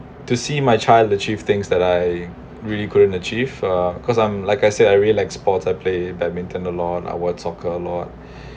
to see my child achieve things that I really couldn't achieve uh cause I'm like I said I really like sports I play badminton a lot I watch soccer a lot